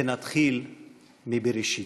ונתחיל מבראשית".